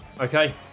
Okay